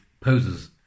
poses